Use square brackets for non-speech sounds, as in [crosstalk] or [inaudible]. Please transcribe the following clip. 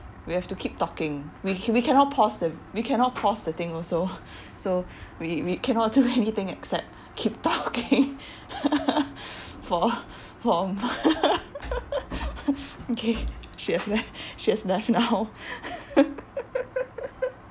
we have to keep talking we we cannot pause the we cannot pause the thing also so we we cannot do anything except keep talking [laughs] for for [laughs] okay she have left she has left now [laughs]